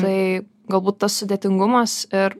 tai galbūt tas sudėtingumas ir